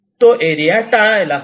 तो एरिया टाळायला हवा